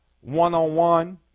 one-on-one